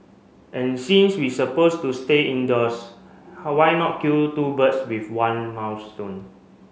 and since we supposed to stay indoors how why not kill two birds with one